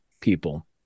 people